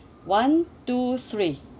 one two three